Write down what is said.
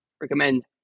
Recommend